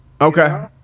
Okay